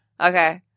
Okay